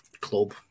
club